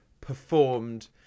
performed